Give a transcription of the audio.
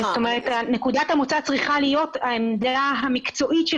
נקודת המוצא צריכה להיות העמדה המקצועית של